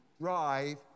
drive